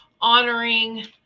honoring